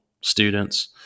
students –